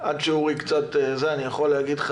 אני קורא לך